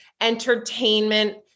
entertainment